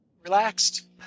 Relaxed